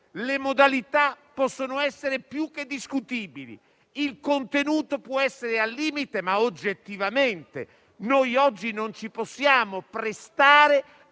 le modalità possono essere più che discutibili, il contenuto può essere al limite, ma oggettivamente oggi non ci possiamo prestare